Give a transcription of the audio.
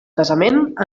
casament